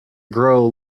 grow